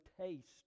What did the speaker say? taste